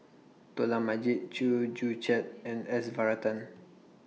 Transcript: Dollah Majid Chew Joo Chiat and S Varathan